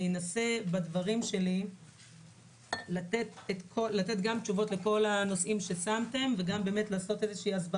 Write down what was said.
בדברים שלי אני אנסה לתת גם תשובות לכל הנושא ששמתם וגם להסביר,